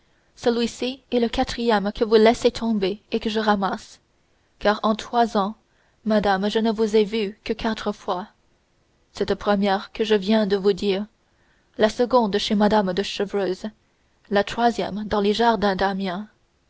celui-ci est le quatrième que vous laissez tomber et que je ramasse car en trois ans madame je ne vous ai vue que quatre fois cette première que je viens de vous dire la seconde chez mme de chevreuse la troisième dans les jardins